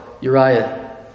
Uriah